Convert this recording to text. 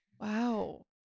Wow